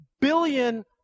billion